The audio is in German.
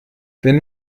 wenn